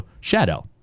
shadow